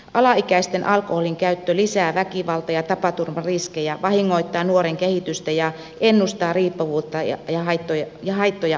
alaikäisten alkoholinkäyttö lisää väkivaltaa ja tapaturmariskejä vahingoittaa nuoren kehitystä ja ennustaa riippuvuutta ja haittoja aikuisena